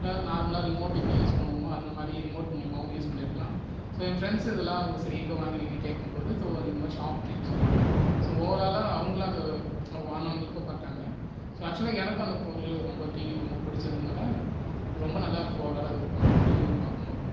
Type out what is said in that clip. இல்லைனா நார்மலாக ரிமோட் எப்படி யூஸ் பண்ணுவோமோ அந்த மாதிரி ரிமோட் மூலிமாவும் யூஸ் பண்ணிருக்கலாம் ஸோ என் ஃப்ரெண்ட்ஸ் இதுலாம் சரி எங்கே வாங்குனீங்கனு கேட்கும்போது தோ இந்த மாதிரி ஷாப் நேம் சொல்லிருந்தேன் ஸோ ஓவராலாக அவங்களும் அது வாங்கனுனு விருப்பப்பட்டாங்க ஸோ அக்க்ஷுவலாக எனக்கும் அந்த பொருள் ரொம்ப டிவி ரொம்ப பிடிச்சிருந்தனால ரொம்ப நல்லா இருக்கு ஓவராலா அது பார்க்குறதுக்கு ரிவ்யூவ் பார்க்கு போதும்